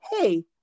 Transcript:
Hey